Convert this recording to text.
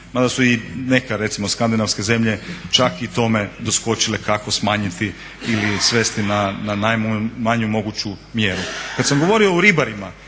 mada su i neke recimo skandinavske zemlje čak i tome doskočile kako smanjiti ili svesti na najmanju moguću mjeru. Kad sam govorio o ribarima